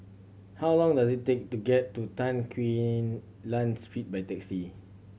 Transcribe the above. how long does it take to get to Tan Quee Lan Street by taxi